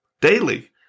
daily